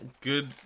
Good